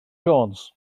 jones